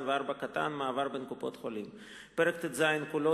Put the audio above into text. ו-(4) (מעבר בין קופות-חולים); פרק ט"ז כולו